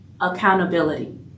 accountability